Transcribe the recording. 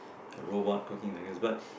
a robot cooking like this but